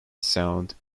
sound